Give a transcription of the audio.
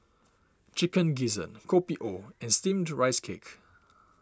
Chicken Gizzard Kopi O and Steamed Rice Cake